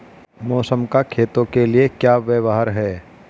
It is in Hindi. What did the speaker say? मौसम का खेतों के लिये क्या व्यवहार है?